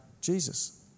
Jesus